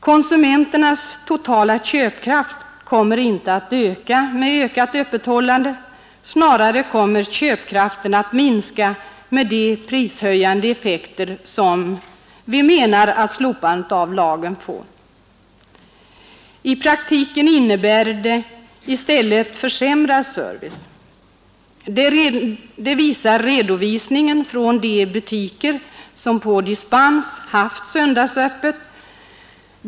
Konsumenternas totala köpkraft kommer inte att stiga med ökat öppethållande. Snarare kommer köpkraften att minska med de prishöjande effekter som vi anser att slopandet av lagen får. I praktiken innebär det i stället försämrad service. Det framgår av redovisningen från de butiker som på dispens haft söndagsöppet.